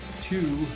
two